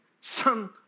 Son